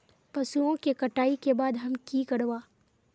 पशुओं के कटाई के बाद हम की करवा?